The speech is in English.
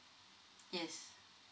yes